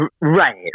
Right